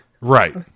right